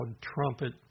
trumpet